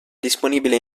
disponibile